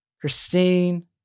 Christine